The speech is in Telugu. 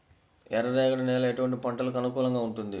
ఎర్ర రేగడి నేల ఎటువంటి పంటలకు అనుకూలంగా ఉంటుంది?